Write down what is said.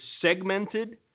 segmented